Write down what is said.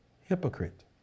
hypocrite